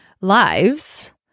lives